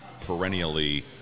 perennially